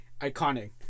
Iconic